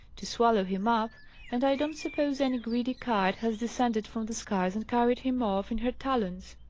to swallow him up and i don't suppose any greedy kite has descended from the skies and carried him off in her talons.